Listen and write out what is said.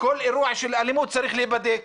כל אירוע של אלימות צריך להיבדק,